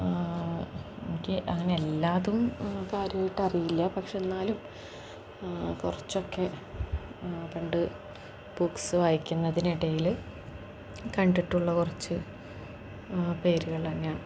എനിക്ക് അങ്ങനെ എല്ലാതും കാര്യമായിട്ട് അറിയില്ല പക്ഷെ എന്നാലും കുറച്ചൊക്കെ പണ്ട് ബുക്സ് വായിക്കുന്നതിനിടയിൽ കണ്ടിട്ടുള്ള കുറച്ച് പേരുകൾ തന്നെയാണ്